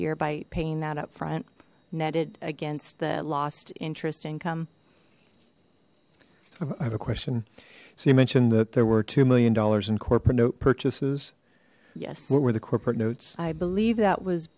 year by paying that upfront netted against the lost interest income i have a question so you mentioned that there were two million dollars in corporate note purchases yes what were the corporate notes i believe that was